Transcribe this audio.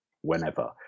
whenever